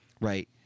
right